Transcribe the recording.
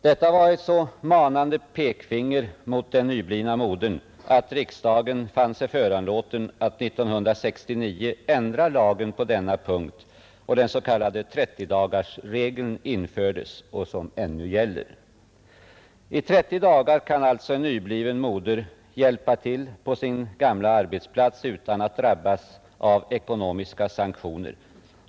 Detta var ett så manande pekfinger mot den nyblivna modern, att riksdagen fann sig föranlåten att 1969 ändra lagen på denna punkt, och den s.k. 30-dagarsregeln infördes och gäller ännu. I 30 dagar kan alltså en nybliven moder hjälpa till på sin gamla arbetsplats utan att drabbas av ekonomiska sanktioner.